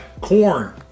Corn